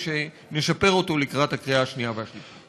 שנשפר אותו לקראת הקריאה השנייה והשלישית.